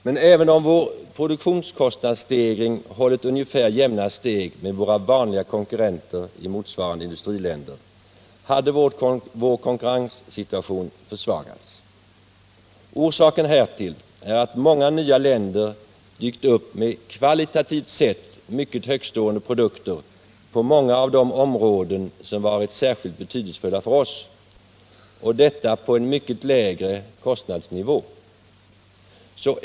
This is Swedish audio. Men även om vår produktionskostnadsstegring hållit ungefär jämna steg med stegringen för våra vanliga konkurrenter i motsvarande industriländer, så hade vår konkurrenssituation försvagats. Orsaken härtill är att många nya länder dykt upp med kvalitativt sett mycket högtstående produkter på många av de områden som varit särskilt betydelsefulla för oss, och detta på en mycket lägre kostnadsnivå.